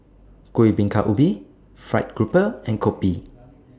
Kuih Bingka Ubi Fried Grouper and Kopi